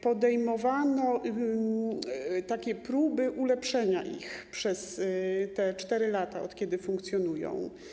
Podejmowano takie próby ulepszenia ich przez te 4 lata, od kiedy funkcjonują.